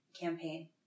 campaign